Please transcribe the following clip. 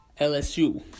LSU